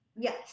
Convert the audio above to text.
Yes